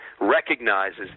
recognizes